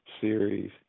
series